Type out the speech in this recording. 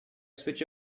switch